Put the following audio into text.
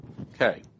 Okay